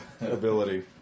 Ability